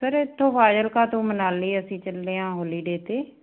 sir ਇੱਥੋਂ ਫਾਜ਼ਿਲਕਾ ਤੋਂ ਮਨਾਲੀ ਅਸੀਂ ਚੱਲੇ ਹਾਂ ਹੋਲੀਡੇ 'ਤੇ